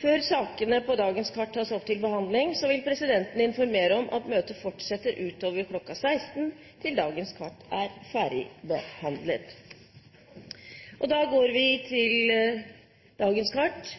Før sakene på dagens kart tas opp til behandling, vil presidenten informere om at møtet fortsetter utover kl. 16 til dagens kart er ferdigbehandlet.